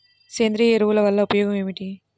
సేంద్రీయ ఎరువుల వల్ల ఉపయోగమేమిటీ?